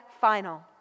final